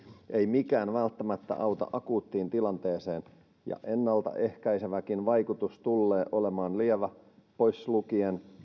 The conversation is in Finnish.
ei mikään välttämättä auta akuuttiin tilanteeseen ja ennaltaehkäiseväkin vaikutus tullee olemaan lievä pois lukien